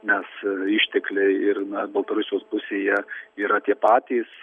nes ištekliai ir na baltarusijos pusėje yra tie patys